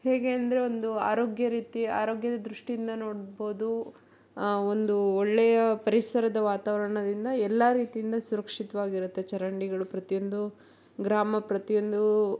ಹೇಗೆ ಅಂದರೆ ಒಂದು ಆರೋಗ್ಯ ರೀತಿಯ ಆರೋಗ್ಯದ ದೃಷ್ಟಿಯಿಂದ ನೋಡ್ಬೋದು ಒಂದು ಒಳ್ಳೆಯ ಪರಿಸರದ ವಾತಾವರಣದಿಂದ ಎಲ್ಲ ರೀತಿಯಿಂದ ಸುರಕ್ಷಿತವಾಗಿರುತ್ತೆ ಚರಂಡಿಗಳು ಪ್ರತಿಯೊಂದು ಗ್ರಾಮ ಪ್ರತಿಯೊಂದು